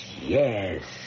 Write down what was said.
yes